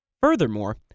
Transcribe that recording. Furthermore